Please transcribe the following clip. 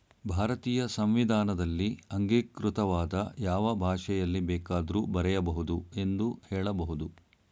ಭಾರತೀಯ ಸಂವಿಧಾನದಲ್ಲಿ ಅಂಗೀಕೃತವಾದ ಯಾವ ಭಾಷೆಯಲ್ಲಿ ಬೇಕಾದ್ರೂ ಬರೆಯ ಬಹುದು ಎಂದು ಹೇಳಬಹುದು